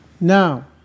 Now